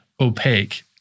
opaque